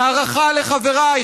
ההערכה לחבריי,